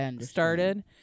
started